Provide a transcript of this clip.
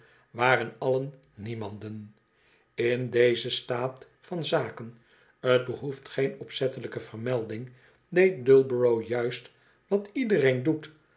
waren allen niemanden in dezen staat van zaken t behoeft geen opzettelijke vermelding deed dullborough juist wat iedereen doet